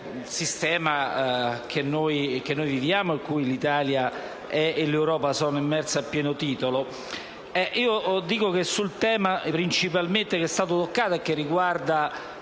sul sistema bancario in cui viviamo e in cui l'Italia e l'Europa sono immerse a pieno titolo,